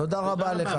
תודה רבה לך.